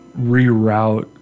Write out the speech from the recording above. reroute